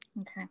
okay